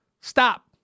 Stop